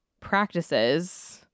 practices